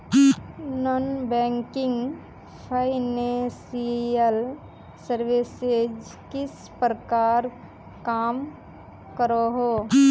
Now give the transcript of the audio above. Non banking financial services किस प्रकार काम करोहो?